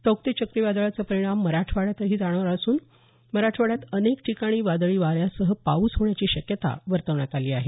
Tauktae चक्रीवादळाचा परिणाम मराठवाड्यावरही जाणवणार असून मराठवाड्यात अनेक ठिकाणी वादळी वाऱ्यासह पाऊस होण्याची शक्यता वर्तवण्यात आली आहे